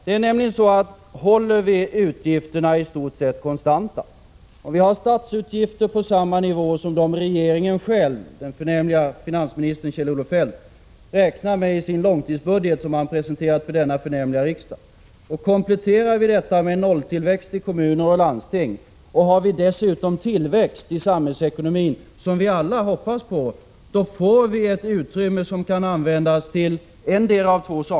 Det är nämligen så att håller vi utgifterna i stort sett konstanta, har vi statsutgifter på samma nivå som regeringen själv föreslår — det som den förnämlige finansministern Kjell-Olof Feldt räknar med i sin långtidsbudget som han presenterat för denna förnämliga riksdag - och kompletterar vi detta med en nolltillväxt i kommuner och landsting, samt en tillväxt i samhällsekonomin som vi alla hoppas på, då får vi ett utrymme som kan användas till endera av två saker.